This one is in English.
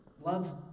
love